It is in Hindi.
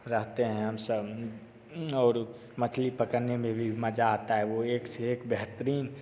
रहते हैं हम सब और मछली पकड़ने में भी मज़ा आता है वो एक से एक बेहतरीन